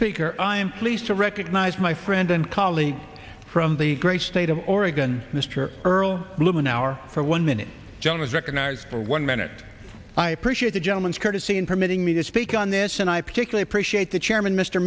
speaker i am pleased to recognize my friend and colleague from the great state of oregon mr earl blumenauer for one minute john was recognized for one minute i appreciate the gentleman's courtesy in permitting me to speak on this and i particularly appreciate the chairman mr